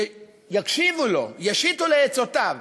יקשיבו לו, ישעו לעצותיו.